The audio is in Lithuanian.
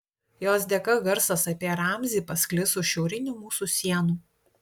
jos dėka garsas apie ramzį pasklis už šiaurinių mūsų sienų